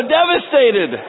devastated